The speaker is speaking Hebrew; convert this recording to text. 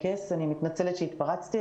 מצטערת שהתפרצתי,